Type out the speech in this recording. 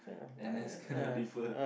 n_s cannot defer